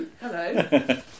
Hello